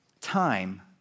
time